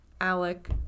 Alec